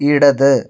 ഇടത്